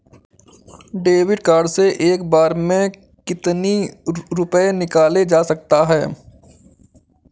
David card से एक बार में कितनी रूपए निकाले जा सकता है?